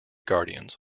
guardians